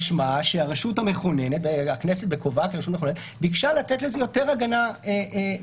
משמע שהכנסת בכובעה כרשות מכוננת ביקשה לתת לזה יותר הגנה מפורשת.